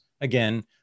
again